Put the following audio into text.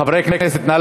חברי הכנסת, נא